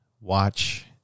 Watch